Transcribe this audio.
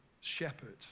shepherd